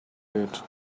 late